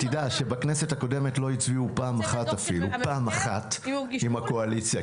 תדע שבכנסת הקודמת לא הצביעו אפילו פעם אחת עם הקואליציה,